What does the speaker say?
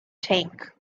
tank